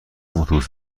اتوبوس